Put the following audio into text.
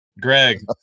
Greg